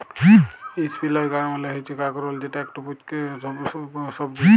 ইসপিলই গাড় মালে হচ্যে কাঁকরোল যেট একট পুচটিকর ছবজি